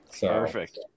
Perfect